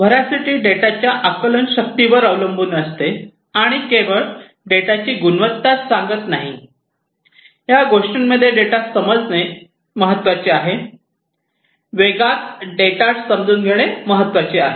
veracity डेटाच्या आकलनशक्तीवर अवलंबून असते आणि केवळ डेटाची गुणवत्ताच सांगत नाही या गोष्टींमध्ये डेटा समजणे महत्वाचे आहे वेगात डेटा समजून घेणे महत्वाचे आहे